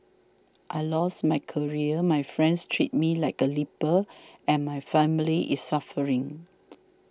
I lost my career my friends treat me like a leper and my family is suffering